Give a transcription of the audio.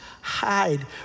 hide